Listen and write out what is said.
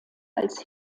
als